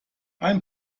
ein